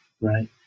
Right